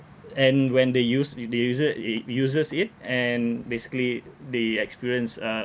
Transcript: and when they use u~ the user i~ i~ uses it and basically they experience uh